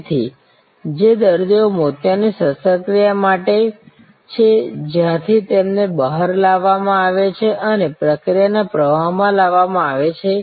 તેથી જે દર્દીઓ મોતિયાની શસ્ત્રક્રિયા માટે છે જ્યાંથી તેમને બહાર લાવવામાં આવે છે અને પ્રક્રિયાના પ્રવાહમાં લાવવા માં આવે છે